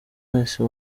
wese